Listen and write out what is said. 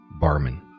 barman